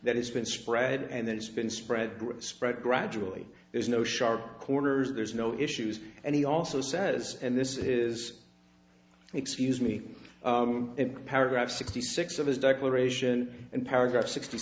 that it's been spread and then it's been spread grew spread gradually there's no sharp corners there's no issues and he also says and this is excuse me in paragraph sixty six of his declaration and paragraph sixty